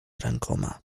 rękoma